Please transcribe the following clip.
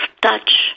touch